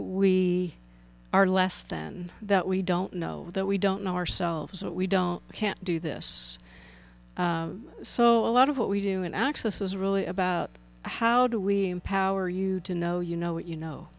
we are less than that we don't know that we don't know ourselves that we don't can't do this so a lot of what we do in access is really about how do we power you to know you know what you know